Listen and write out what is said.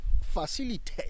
facilitate